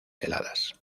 heladas